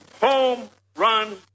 home-run